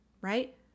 right